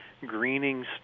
greening